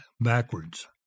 backwards